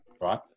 right